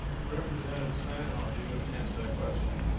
representative steinhauer, do you wish to answer that question?